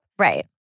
Right